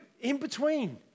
in-between